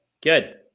Good